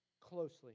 closely